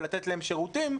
ולתת להם שירותים,